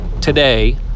today